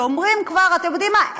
שאומרים כבר: אתם יודעים מה?